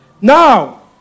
Now